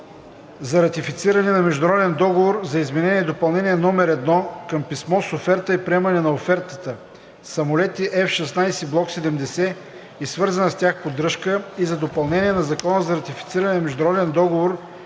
за ратифициране на международен договор за Изменение и допълнение № 1 към Писмо с оферта и приемане на офертата (LOA) BU-D-SAB „Самолети F-16 Block 70 и свързана с тях поддръжка“ и за допълнение на Закона за ратифициране на международен договор